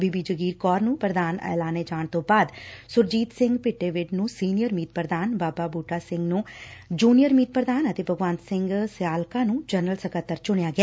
ਬੀਬੀ ਜਗੀਰ ਕੌਰ ਨੂੰ ਪ੍ਰਧਾਨ ਐਲਾਨੇ ਜਾਣ ਤੋਂ ਬਾਅਦ ਸੁਰਜੀਤ ਕੌਰ ਭਿੱਟੇਵਿੰਡ ਨੂੰ ਸੀਨੀਅਰ ਮੀਤ ਪ੍ਰਧਾਨ ਬਾਬਾ ਬੂਟਾ ਸਿੰਘ ਨੂੰ ਜੂਨੀਅਰ ਮੀਤ ਪ੍ਰਧਾਨ ਅਤੇ ਭਗਵੰਤ ਸਿੰਘ ਸਿਆਲਕਾ ਨੂੰ ਜਨਰਲ ਸਕੱਤਰ ਚੁਣਿਆ ਗਿਆ